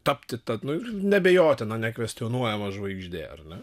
tapti tad ir neabejotina nekvestionuojama žvaigždė ar ne